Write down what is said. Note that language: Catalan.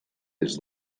des